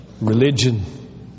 religion